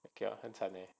okay lah 很惨 leh